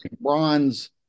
bronze